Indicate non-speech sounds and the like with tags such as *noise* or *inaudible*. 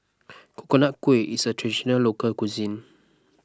*noise* Coconut Kuih is a Traditional Local Cuisine